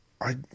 I-